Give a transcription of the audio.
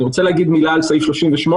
12:50) אני רוצה להגיד מילה על סעיף 38,